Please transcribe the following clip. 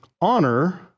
honor